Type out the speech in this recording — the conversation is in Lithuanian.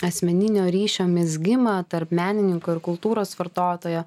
asmeninio ryšio mezgimą tarp menininko ir kultūros vartotojo